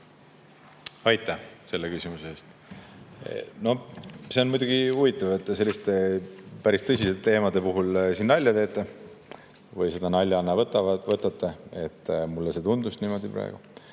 Aitäh selle küsimuse eest! See on muidugi huvitav, et te selliste päris tõsiste teemade puhul siin nalja teete või seda naljana võtate. Mulle tundus praegu